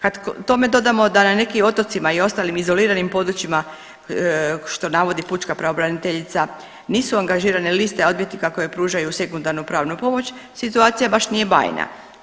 Kad tome dodamo da na nekim otocima i ostalim izoliranim područjima što navodi pučka pravobraniteljica nisu angažirane liste odvjetnika koji pružaju sekundarnu pravnu pomoć situacija baš nije bajna.